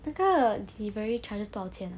那个 delivery charges 多少钱啊